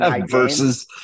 Versus